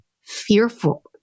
fearful